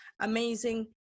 amazing